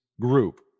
group